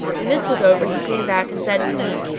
when this was over, he came back and said to me,